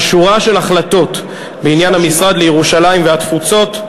שורה של החלטות בעניין המשרד לירושלים והתפוצות,